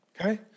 Okay